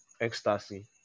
ecstasy